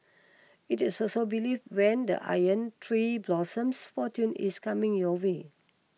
it is also believed when the Iron Tree blossoms fortune is coming your way